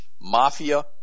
mafia